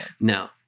No